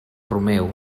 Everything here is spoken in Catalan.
romeu